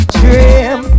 dream